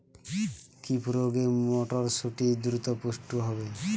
কি প্রয়োগে মটরসুটি দ্রুত পুষ্ট হবে?